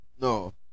No